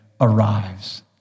arrives